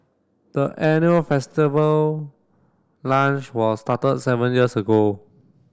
the annual festival lunch was started seven years ago